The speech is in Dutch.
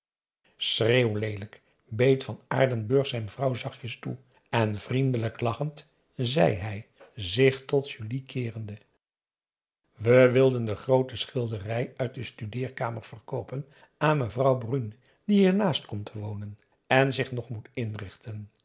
schreeuwleelijk beet van aardenburg zijn vrouw zachtjes toe en vriendelijk lachend zei hij zich tot julie keerende we wilden de groote schilderij uit de studeerkamer verkoopen aan mevrouw brune die hiernaast komt wonen en zich nog moet inrichten